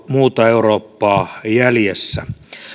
muuta eurooppaa jäljessä